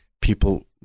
people